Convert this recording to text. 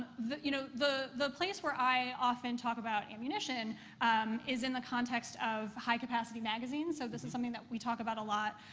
you know, the the place where i often talk about ammunition is in the context of high-capacity magazines. so, this is something that we talk about a lot.